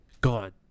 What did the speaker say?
gone